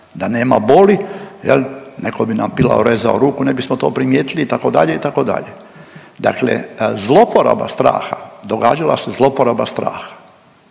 da nema boli neko bi nam pilom rezao ruku ne bismo to primijetili itd., itd., dakle zloporaba straha, događala se zloporaba straha.